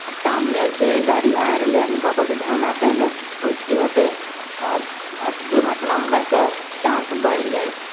आ सामने से जे गाड़ी आय रहलै हन हुनका पर तऽ ध्यान रहतै नहि ओहिसे की होतै घट दुर्घटना होबयके चांस बढि जाइ छै